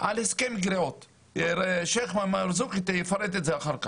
על הסכם גריעות, השייח' מנסור יפרט את זה אחר כך,